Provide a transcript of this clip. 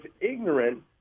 ignorant